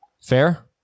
fair